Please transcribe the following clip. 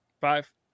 five